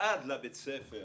עד לבית הספר